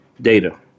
data